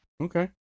Okay